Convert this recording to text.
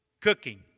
Cooking